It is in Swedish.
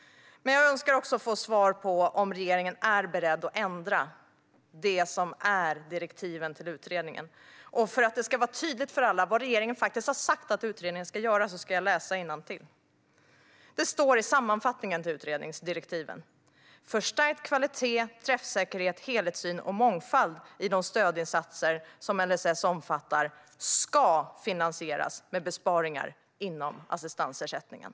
Jag önskar också få svar på om regeringen är beredd att ändra direktiven till utredningen. För att det ska vara tydligt för alla vad regeringen faktiskt har sagt att utredningen ska göra ska jag läsa innantill. Det står i sammanfattningen till utredningsdirektiven: "Förstärkt kvalitet, träffsäkerhet, helhetssyn och mångfald i de stödinsatser som LSS omfattar ska finansieras med besparingar inom assistansersättningen."